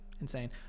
insane